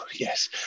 Yes